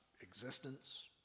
existence